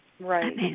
Right